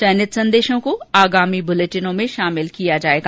चयनित संदेशों को आगामी बुलेटिनों में शामिल किया जाएगा